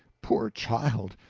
poor child!